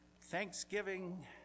Thanksgiving